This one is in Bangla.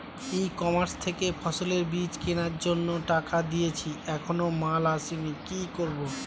ই কমার্স থেকে ফসলের বীজ কেনার জন্য টাকা দিয়ে দিয়েছি এখনো মাল আসেনি কি করব?